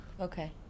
Okay